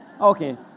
Okay